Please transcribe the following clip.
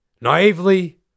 Naively